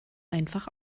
einfach